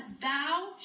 thou